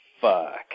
fuck